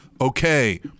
okay